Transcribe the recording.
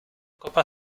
copa